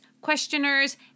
questioners